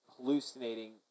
hallucinating